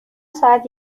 ساعت